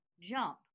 jump